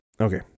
Okay